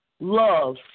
love